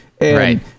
Right